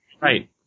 Right